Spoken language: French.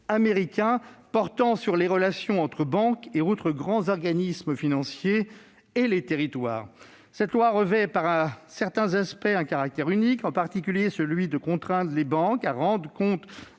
américain portant sur les relations entre les banques et d'autres grands organismes financiers et les territoires. Cette loi revêt par certains aspects un caractère unique dans la mesure où elle contraint les banques à rendre compte